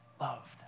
loved